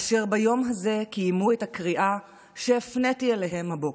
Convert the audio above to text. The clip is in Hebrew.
אשר היום הזה קיימו את הקריאה שהפניתי אליהם הבוקר: